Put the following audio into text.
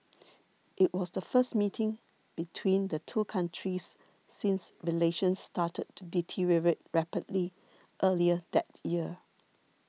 it was the first meeting between the two countries since relations started to deteriorate rapidly earlier that year